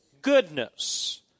goodness